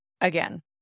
again